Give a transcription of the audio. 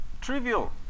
trivial